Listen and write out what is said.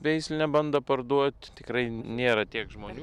veislinę bandą parduot tikrai nėra tiek žmonių